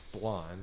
blonde